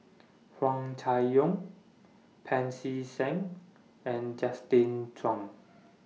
Huang Chai Yong Pancy Seng and Justin Zhuang